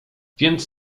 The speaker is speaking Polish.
więc